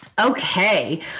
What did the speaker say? Okay